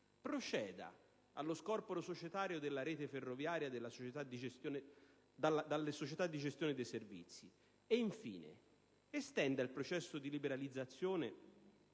proceda allo scorporo societario della rete ferroviaria dalle società di gestione dei servizi. Infine, estenda il processo di liberalizzazione